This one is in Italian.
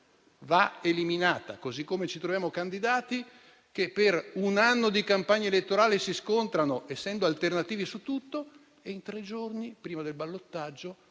va eliminata. Così come ci troviamo candidati che per un anno di campagna elettorale si scontrano, essendo alternativi su tutto, e in tre giorni, prima del ballottaggio,